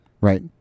Right